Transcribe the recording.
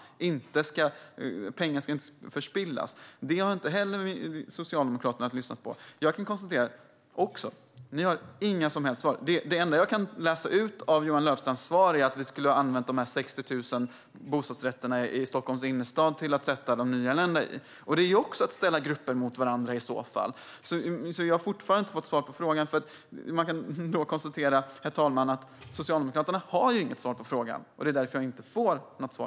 Pengar ska inte förspillas. Inte heller detta har Socialdemokraterna lyssnat på. Jag kan också konstatera att ni inte har några som helst svar på det här. Det enda jag kan läsa ut ur Johan Löfstrands svar är att vi skulle ha använt dessa 60 000 bostadsrätter i Stockholms innerstad till att sätta de nyanlända i. Det är i så fall också att ställa grupper mot varandra. Jag har fortfarande inte fått svar på frågan. Man kan konstatera, herr talman, att Socialdemokraterna inte har något svar på frågan. Det är därför jag inte får något svar.